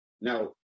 Now